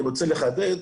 אני רוצה לחדד,